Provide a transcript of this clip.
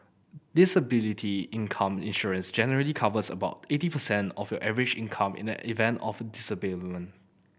disability income insurance generally covers about eighty percent of your average income in the event of a disablement